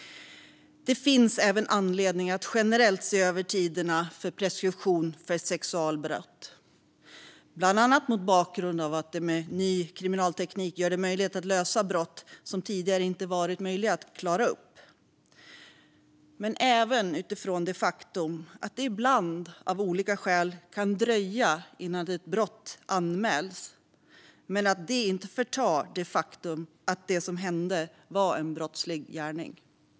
Det finns även anledning att generellt se över tiderna för preskription av sexualbrott, bland annat mot bakgrund av att ny kriminalteknik gör det möjligt att lösa brott som tidigare inte varit möjliga att klara upp men även utifrån att det ibland av olika skäl kan dröja innan ett brott anmäls men att det inte förtar det faktum att det som hände var en brottslig gärning.